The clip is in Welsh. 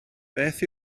beth